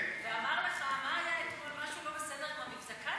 ואמר לך: מה היה אתמול, משהו לא בסדר עם המבזקן?